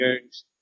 games